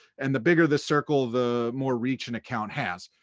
and the bigger the circle, the more reach an account has.